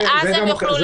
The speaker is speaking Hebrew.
אז איפה הבעיה?